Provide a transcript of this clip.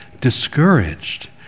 discouraged